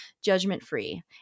judgment-free